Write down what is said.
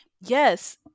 yes